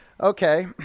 Okay